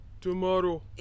Tomorrow